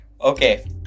Okay